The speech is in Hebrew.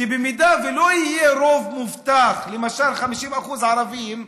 כי במידה שלא יהיה רוב מובטח, למשל 50% ערבים,